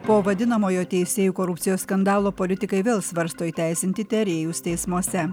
po vadinamojo teisėjų korupcijos skandalo politikai vėl svarsto įteisinti tarėjus teismuose